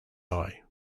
eye